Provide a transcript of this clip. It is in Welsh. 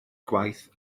gwaith